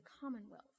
commonwealth